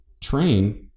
train